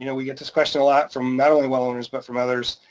you know we get this question a lot from not only well owners, but from others.